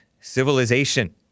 civilization